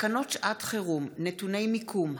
תקנות שעת חירום (נתוני מיקום),